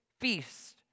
feast